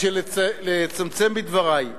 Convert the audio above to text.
בשביל לצמצם בדברי: